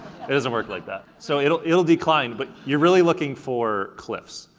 it doesn't work like that. so it'll it'll decline, but you're really looking for cliffs.